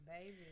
Baby